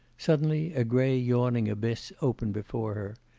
suddenly a grey, yawning abyss opened before